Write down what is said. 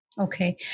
Okay